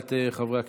לידיעת חברי הכנסת.